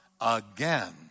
again